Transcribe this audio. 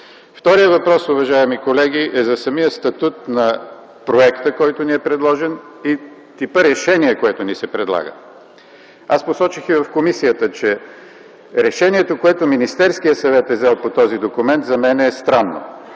Вторият въпрос, уважаеми колеги, за самия статут на проекта, който ни е предложен, и типа решение, което ни се предлага. Аз посочих и в комисията, че решението, което Министерският съвет е взел по този документ за мен е странно,